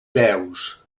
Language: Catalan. deus